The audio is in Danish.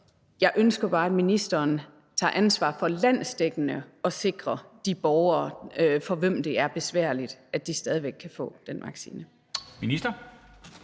jeg ønsker bare, at ministeren tager ansvar for landsdækkende at sikre de borgere, for hvem det er besværligt, så de stadig væk kan få den vaccine.